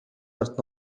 ард